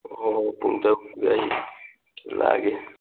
ꯑꯣ ꯄꯨꯡ ꯇꯔꯨꯛꯇ ꯑꯩ ꯂꯥꯛꯑꯒꯦ